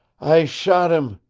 i shot him,